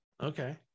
Okay